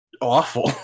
awful